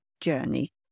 journey